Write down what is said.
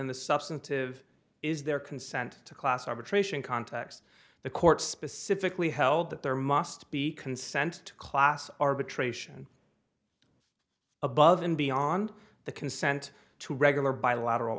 in the substantive is there consent to class arbitration context the court specifically held that there must be consent to class arbitration above and beyond the consent to regular bilateral